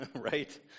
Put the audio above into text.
Right